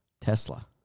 Tesla